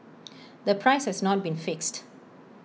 the price has not been fixed